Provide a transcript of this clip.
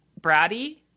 bratty